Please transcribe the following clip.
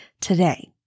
today